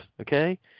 okay